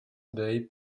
abeille